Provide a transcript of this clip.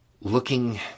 looking